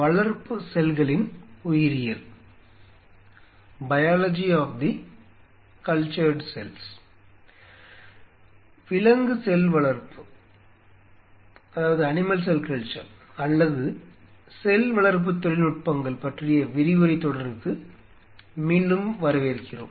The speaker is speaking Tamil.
விலங்கு செல் வளர்ப்பு அல்லது செல் வளர்ப்பு தொழில்நுட்பங்கள் பற்றிய விரிவுரைத் தொடருக்கு மீண்டும் வரவேற்கிறோம்